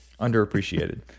Underappreciated